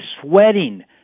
sweating